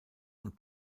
und